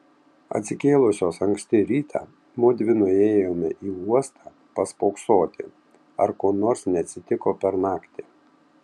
atsikėlusios anksti rytą mudvi nuėjome į uostą paspoksoti ar ko nors neatsitiko per naktį